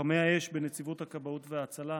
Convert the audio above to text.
לוחמי האש בנציבות הכבאות וההצלה,